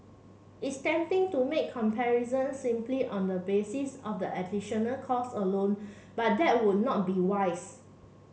it's tempting to make comparisons simply on the basis of the additional cost alone but that would not be wise